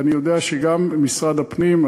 אני יודע שגם משרד הפנים,